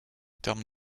termes